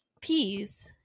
peas